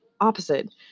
opposite